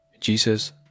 Jesus